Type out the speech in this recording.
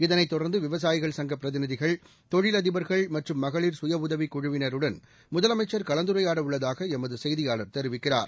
இதனைத் தொடர்ந்து விவசாயிகள் சங்கப் பிரதிநிதிகள் தொழிலதிபர்கள் மற்றும் மகளிர் சுயஉதவிக் குழுவினருடன் முதலமைச்சர் கலந்துரையாடவுள்ளதாக எமது செய்தியாளர் தெரிவிக்கிறார்